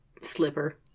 slipper